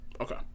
Okay